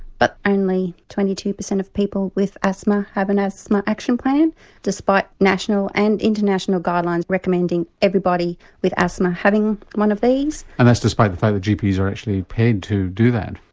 but only twenty two percent of people with asthma have an asthma action plan despite national and international guidelines recommending everybody with asthma having one of these. and that's despite the fact that gps are actually paid to do that?